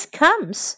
comes